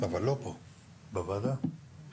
כל